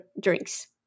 drinks